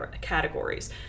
categories